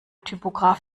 typograf